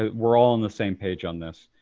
ah we're all on the same page on this.